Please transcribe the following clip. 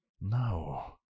No